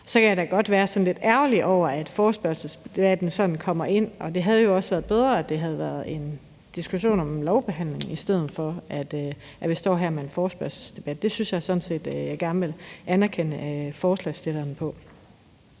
Så kan jeg da godt være sådan lidt ærgerlig over, at forespørgselsdebatten sådan kommer ind her, for det havde jo også været bedre, at det havde været en diskussion om en lovbehandling, i stedet for at vi står her med en forespørgselsdebat. Det synes jeg at jeg sådan set gerne vil anerkende forespørgselsstillerne